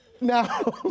Now